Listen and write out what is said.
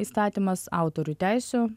įstatymas autorių teisių